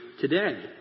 today